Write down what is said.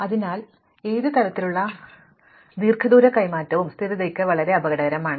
അതിനാൽ ഏത് തരത്തിലുള്ള ദീർഘദൂര കൈമാറ്റവും സ്ഥിരതയ്ക്ക് വളരെ അപകടകരമാണ്